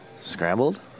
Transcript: scrambled